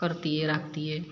करतियै राखतियै